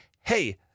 hey